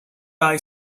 eye